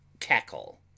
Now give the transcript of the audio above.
cackle